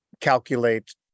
calculate